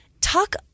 Talk